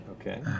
Okay